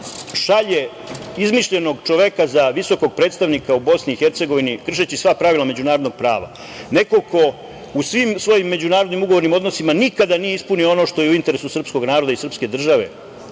šalje izmišljenog čoveka za visokog predstavnika u BiH, kršeći sva pravila međunarodnog prava, neko ko u svim svojim međunarodnim ugovornim odnosima nikada nije ispunio ono što je u interesu srpskog naroda i srpske države,